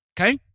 Okay